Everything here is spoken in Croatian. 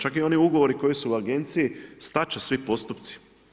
Čak i oni ugovori koji su agenciji stat će svi postupci.